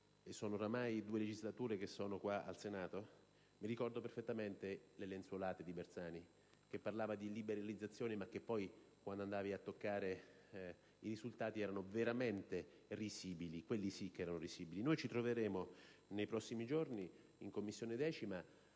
sono ormai due legislature che sono in Senato e ricordo perfettamente le lenzuolate di Bersani che parlava di liberalizzazioni; ma poi, quando si andavano a toccare i risultati, erano veramente risibili. Quelli sì che erano risibili. Nei prossimi giorni in 10ª Commissione ci